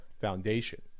foundation